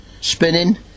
Spinning